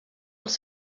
els